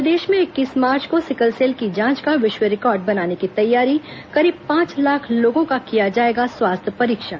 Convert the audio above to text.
प्रदेश में इक्कीस मार्च को सिकलसेल की जांच का विश्व रिकॉर्ड बनाने की तैयारी करीब पांच लाख लोगों का किया जाएगा स्वास्थ्य परीक्षण